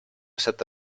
sette